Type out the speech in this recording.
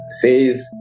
Says